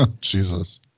Jesus